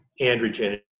androgen